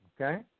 Okay